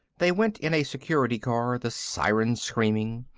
they went in a security car, the siren screaming.